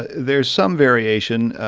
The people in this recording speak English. there's some variation.